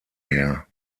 her